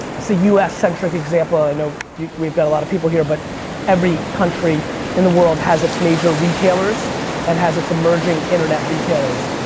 it's a u s centric example, i know we've got a lot of people here but every country in the world has its major retailers and has its emerging internet retailers.